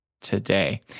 today